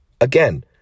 Again